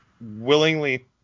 willingly